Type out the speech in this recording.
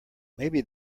maybe